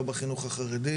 לא בחינוך החרדי,